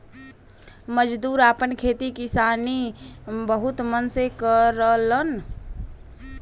मजदूर आपन खेती किसानी बहुत मन से करलन